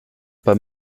pas